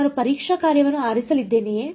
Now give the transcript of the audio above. ನಾನು ಪರೀಕ್ಷಾ ಕಾರ್ಯವನ್ನು ಆರಿಸಿದ್ದೇನೆಯೇ